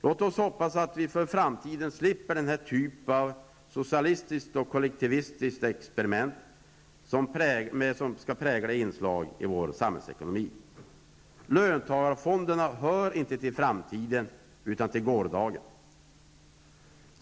Låt oss hoppas att vi för framtiden slipper denna typ av socialistiskt och kollektivistiskt experiment som inslag som skall prägla vår samhällsekonomi. Löntagarfonderna hör inte till framtiden utan till gårdagen.